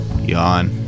Yawn